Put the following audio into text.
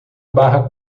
barra